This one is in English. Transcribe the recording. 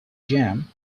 jam